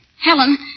Helen